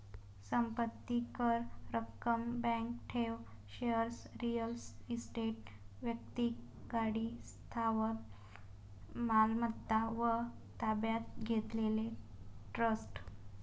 संपत्ती कर, रक्कम, बँक ठेव, शेअर्स, रिअल इस्टेट, वैक्तिक गाडी, स्थावर मालमत्ता व ताब्यात घेतलेले ट्रस्ट